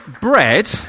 bread